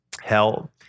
hell